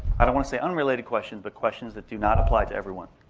i don't want to say unrelated questions, but questions that do not apply to everyone.